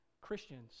Christians